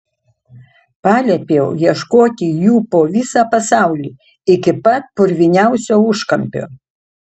paliepiau ieškoti jų po visą pasaulį iki pat purviniausio užkampio